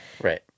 Right